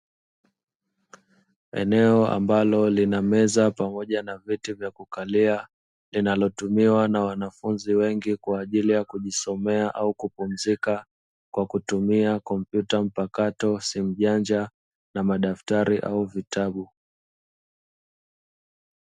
Eneo ambalo lina meza pamoja na viti vya kukalia linalotumiwa na wanafunzi wengi kwa ajili ya kujisomea au kupumzika, kwa kutumia kompyuta mpakato, simu janja na madaftari au vitabu.